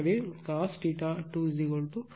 எனவே cos 2 0